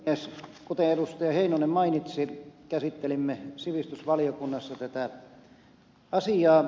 heinonen mainitsi käsittelimme sivistysvaliokunnassa tätä asiaa